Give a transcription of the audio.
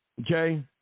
okay